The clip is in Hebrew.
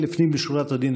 לפנים משורת הדין,